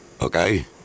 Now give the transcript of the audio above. Okay